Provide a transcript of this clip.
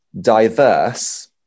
diverse